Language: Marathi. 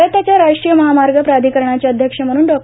भारताच्या राष्ट्रीय महामार्ग प्राधिकरणाचे अध्यक्ष म्हणून डॉ